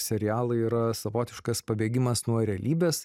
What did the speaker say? serialai yra savotiškas pabėgimas nuo realybės